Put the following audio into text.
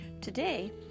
Today